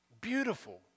Beautiful